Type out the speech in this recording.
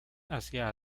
hacia